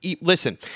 listen